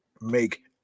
make